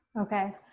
Okay